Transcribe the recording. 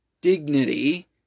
dignity